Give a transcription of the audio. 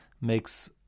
makes